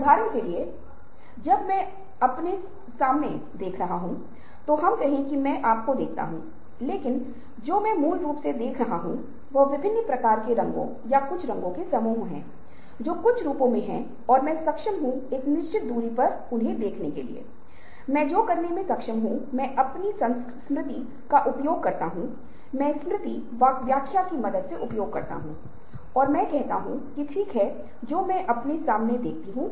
उदाहरण के लिए यूएसए के सामान्य भोजन में शुगर फ्री कूल सहायता नामक उत्पाद होता था और उत्पाद की बिक्री में गिरावट आती थी